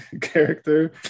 character